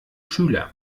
schüler